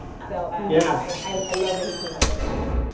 so yeah i love that he came up with that.